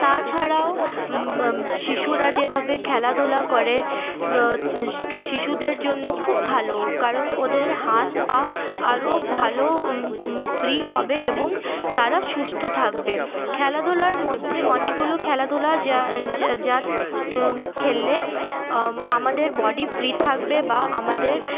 তাছাড়াও শিশুরা যেভাবে খেলাধুলা করে শিশুদের জন্য খুব ভালো কারণ ওদের হাত পা আরোও ভালো ফ্রি হবে এবং তারা সুস্থ থাকবে খেলাধুলার মধ্যে অনেকগুলো খেলাধুলা যা খেললে আমাদের বডি ফ্রি থাকবে বা আমাদের